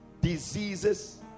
diseases